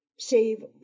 save